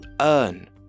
earn